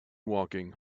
walking